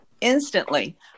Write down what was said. instantly